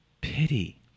pity